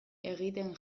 egiten